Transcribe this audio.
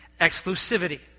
Exclusivity